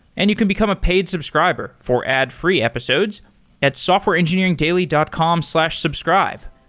and you can become a paid subscriber for ad-free episodes at softwareengineeringdaily dot com slash subscribe.